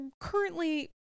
currently